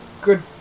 good